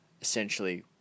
essentially